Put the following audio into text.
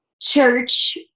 church